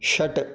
षट्